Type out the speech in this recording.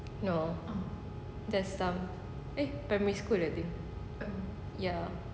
no just some eh primary school I think ya